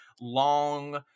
long